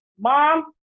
mom